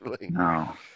No